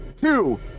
two